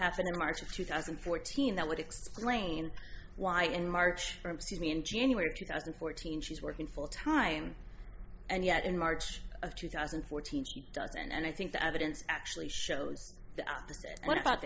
happened in march of two thousand and fourteen that would explain why in march from sydney in january two thousand and fourteen she's working full time and yet in march of two thousand and fourteen doesn't and i think the evidence actually shows the opposite what about